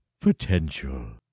potential